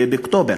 באוקטובר,